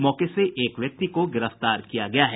मौके से एक व्यक्ति को गिरफ्तार किया गया है